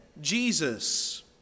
Jesus